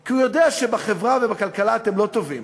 כי הוא יודע שבחברה ובכלכלה אתם לא טובים.